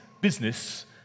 business